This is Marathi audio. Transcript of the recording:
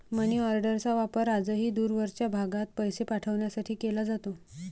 मनीऑर्डरचा वापर आजही दूरवरच्या भागात पैसे पाठवण्यासाठी केला जातो